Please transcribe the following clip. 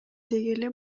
дегеле